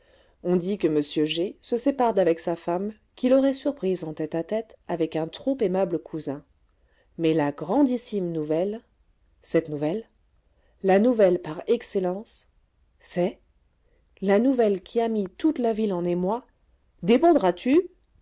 on dit que monsieur g se sépare d'avec sa femme qu'il aurait surprise en tête-à-tête avec un trop aimable cousin mais la grandissime nouvelle cette nouvelle la nouvelle par excellence c'est la nouvelle qui a mis toute la ville en émoi